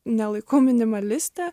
nelaikau minimaliste